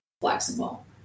flexible